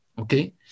okay